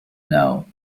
know